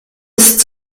ist